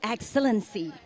Excellency